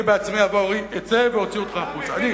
כצל'ה, אני בעצמי אצא ואוציא אותך החוצה.